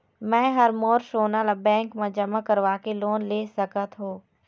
मैं हर मोर सोना ला बैंक म जमा करवाके लोन ले सकत हो?